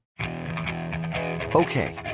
Okay